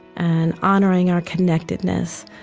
and honoring our connectedness,